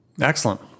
Excellent